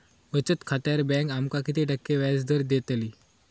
बचत खात्यार बँक आमका किती टक्के व्याजदर देतली?